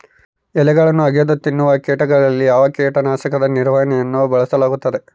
ಎಲೆಗಳನ್ನು ಅಗಿದು ತಿನ್ನುವ ಕೇಟಗಳಿಗೆ ಯಾವ ಕೇಟನಾಶಕದ ನಿರ್ವಹಣೆಯನ್ನು ಬಳಸಲಾಗುತ್ತದೆ?